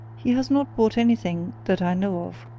he has not bought anything that i know of,